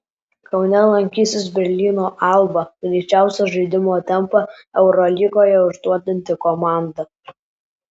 kaune lankysis berlyno alba greičiausią žaidimo tempą eurolygoje užduodanti komanda